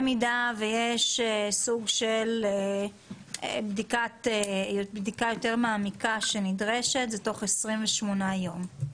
במידה ויש סוג של בדיקה יותר מעמיקה שנדרשת זה עוד 30 יום.